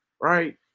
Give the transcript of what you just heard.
Right